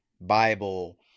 Bible